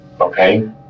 Okay